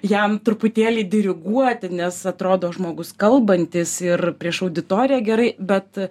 jam truputėlį diriguoti nes atrodo žmogus kalbantis ir prieš auditoriją gerai bet